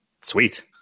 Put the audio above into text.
Sweet